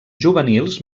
juvenils